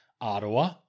Ottawa